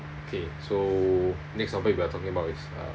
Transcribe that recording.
okay so next topic we are talking about is uh